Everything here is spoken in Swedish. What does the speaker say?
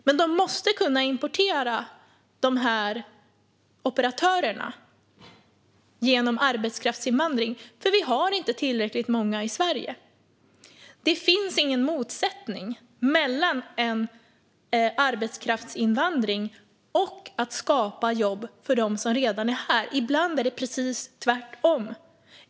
Men de måste kunna importera dessa operatörer genom arbetskraftsinvandring, för vi har inte tillräckligt många i Sverige. Det finns ingen motsättning mellan arbetskraftsinvandring och att skapa jobb för dem som redan är här; ibland är det precis tvärtom.